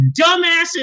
dumbasses